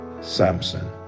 Samson